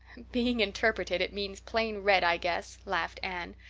being interpreted it means plain red, i guess, laughed anne.